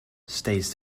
stays